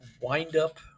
wind-up